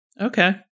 Okay